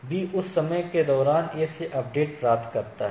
B उस समय के दौरान A से अपडेट प्राप्त करता है